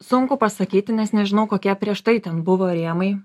sunku pasakyti nes nežinau kokie prieš tai ten buvo rėmai